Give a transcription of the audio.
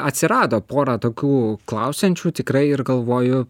atsirado pora tokių klausiančių tikrai ir galvoju